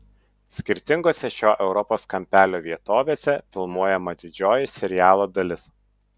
skirtingose šio europos kampelio vietovėse filmuojama didžioji serialo dalis